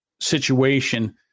situation